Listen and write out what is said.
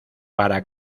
para